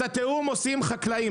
את התיאום עושים חקלאים.